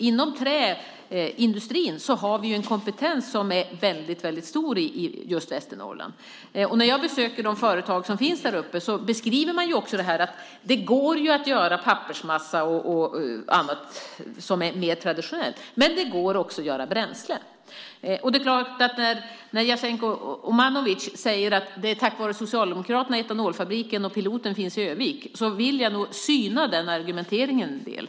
Inom träindustrin finns det en väldigt stor kompetens i just Västernorrland. När jag besöker de företag som finns där uppe beskriver man att det går att göra pappersmassa och annat som är mer traditionellt men att det också går att göra bränsle. Jasenko Omanovic säger att det är tack vare Socialdemokraterna som etanolfabriken och Piloten finns i Örnsköldsvik. Men jag vill nog syna den argumentationen en del.